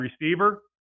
receiver